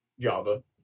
Java